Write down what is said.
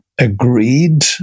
agreed